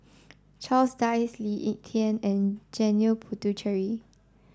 Charles Dyce Lee Ek Tieng and Janil Puthucheary